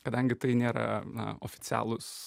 kadangi tai nėra na oficialūs